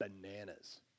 bananas